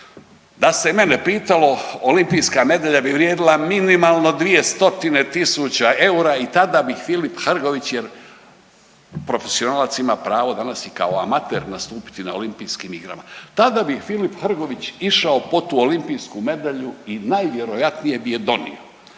da se mene pitalo olimpijska medalja bi vrijedila minimalno dvije stotine tisuća eura i tada bi Filip Hrgović jer profesionalac ima pravo danas i kao amater nastupiti na olimpijskim igrama, tada bi Filip Hrgović išao po tu olimpijsku medalju i najvjerojatnije bi je donio.